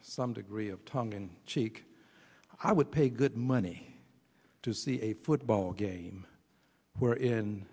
some degree of tongue in cheek i would pay good money to see a football game where in